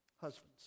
Husbands